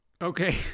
Okay